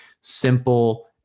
simple